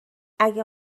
اگه